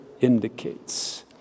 indicates